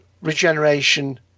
regeneration